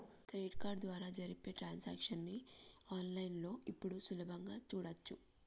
credit card ద్వారా జరిపే transactions ని ఆన్ లైన్ లో ఇప్పుడు సులభంగా చూడచ్చు